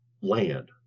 land